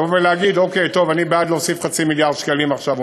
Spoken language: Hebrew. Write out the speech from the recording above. להגיד שאני בעד להוסיף חצי מיליארד שקלים עכשיו,